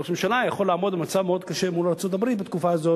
ראש הממשלה יכול לעמוד במצב מאוד קשה מול ארצות-הברית בתקופה הזאת,